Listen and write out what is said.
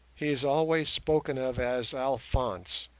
he is always spoken of as alphonse,